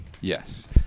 Yes